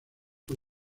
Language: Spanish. por